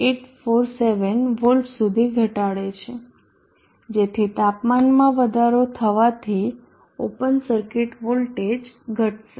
847 volts સુધી ઘટાડે છે જેથી તાપમાનમાં વધારો થવાથી ઓપન સર્કિટ વોલ્ટેજ ઘટશે